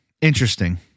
interesting